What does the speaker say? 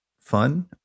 fun